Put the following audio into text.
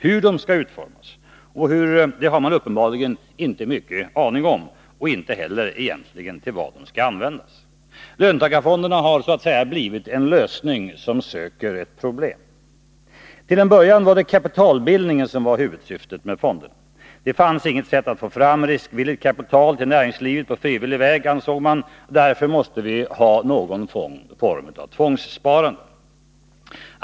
Hur de skall utformas har man uppenbarligen inte mycket aning om och egentligen inte heller till vad de skall användas. Löntagarfonderna har blivit en lösning som söker ett problem. Till en början var det kapitalbildningen som var huvudsyftet med fonderna. Det fanns inget sätt att få fram riskvilligt kapital till näringslivet på frivillig väg, ansåg man, och därför måste vi ha något slags tvångssparande.